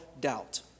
doubt